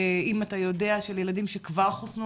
אם אתה יודע, של ילדים שכבר חוסנו.